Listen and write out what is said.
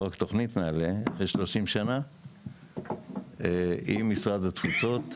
תוכנית נעל"ה אחרי 30 שנה עם משרד התפוצות.